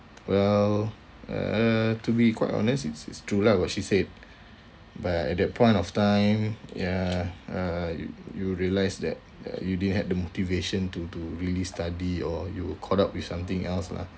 well uh to be quite honest it's it's true lah what she said but at that point of time ya uh you you realise that you didn't had the motivation to to really study or you were caught up with something else lah